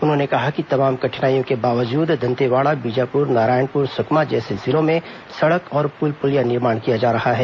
उन्होंने कहा कि तमाम कठिनाईयों के बावजूद दंतेवाड़ा बीजापुर नारायणपुर सुकमा जैसे जिलों में सड़क और पुल पुलिया निर्माण किया जा रहा है